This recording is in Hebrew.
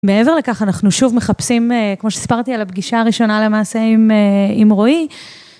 מעבר לכך, אנחנו שוב מחפשים, כמו שסיפרתי, על הפגישה הראשונה למעשה עם רועי.